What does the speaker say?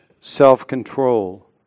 self-control